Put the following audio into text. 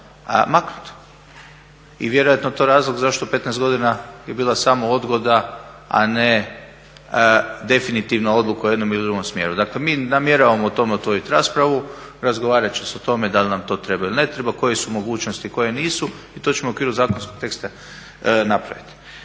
maknuti. I vjerojatno je to razlog zašto 15 godina je bila samo odgoda, a ne definitivno odluka u jednom ili u drugom smjeru. Dakle mi namjeravamo o tome otvoriti raspravu, razgovarat će se o tome da li nam to treba ili ne treba, koje su mogućnosti, koje nisu i to ćemo u okviru zakonskog teksta napraviti.